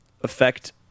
affect